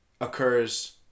occurs